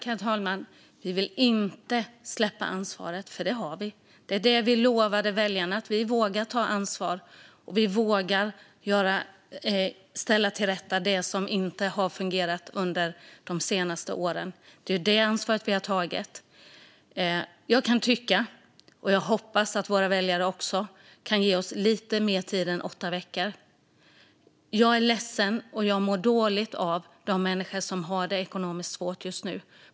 Herr talman! Vi vill inte släppa ansvaret. Vi har ansvaret. Vi lovade väljarna att vi vågar ta ansvar. Vi vågar ställa till rätta det som inte har fungerat under de senaste åren. Det är detta ansvar vi har tagit. Jag kan hoppas att våra väljare vill ge oss lite mer tid än åtta veckor. Jag är ledsen och mår dåligt av de människor som har det ekonomiskt svårt just nu.